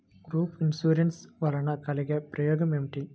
Group insurance వలన కలిగే ఉపయోగమేమిటీ?